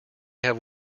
have